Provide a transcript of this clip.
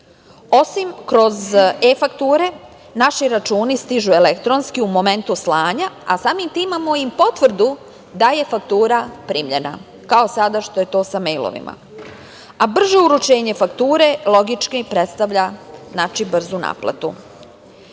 Osim kroz e-fakture naši računi stižu elektronski u momentu slanja, a samim tim imamo i potvrdu da je faktura primljena kao sada što je to sa mejlovima, a brže uručenje fakture logički predstavlja brzu naplatu. Samim